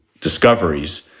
discoveries